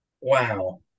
Wow